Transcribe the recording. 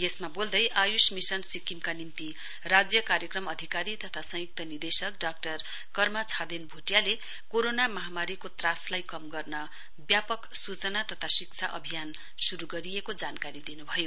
यसमा बोल्दै आयुष मिशन सिक्किमका निम्ति राज्य कार्यक्रम अधिकारी तथा संयुक्त निर्देशक डाक्टर कर्मा छादेन भुटियाले कोरोना महामारीको त्रासलाई कम गर्ने व्यापक सूचना तथा शिक्षा अभियान शुरु गरिएको जानकारी दिनुभयो